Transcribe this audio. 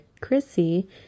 Chrissy